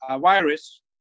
virus